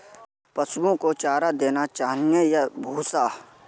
पशुओं को चारा देना चाहिए या भूसा?